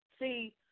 See